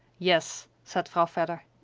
yes, said vrouw vedder.